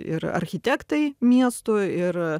ir architektai miestų ir